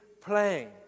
playing